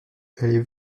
allez